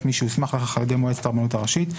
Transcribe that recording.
מי שהוסמך לכך על ידי מועצת הרבנות הראשית.